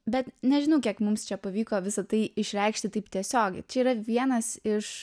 bet nežinau kiek mums čia pavyko visa tai išreikšti taip tiesiogiai čia yra vienas iš